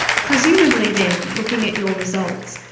presumably then, looking at your results,